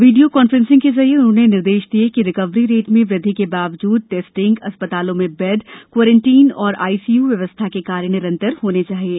video conferencing के जरिए उन्होंने निर्देश दिये कि रिकवरी रेट में वृद्धि के बावजूद टेस्टिंग अस्पतालों में बैड कोरोंटीन और आईसीयू व्यवस्था के कार्य निरंतर होना चाहिये